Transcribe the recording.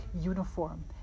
uniform